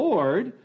Lord